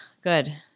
Good